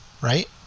right